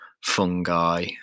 fungi